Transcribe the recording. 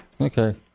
Okay